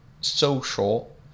social